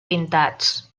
pintats